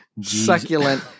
Succulent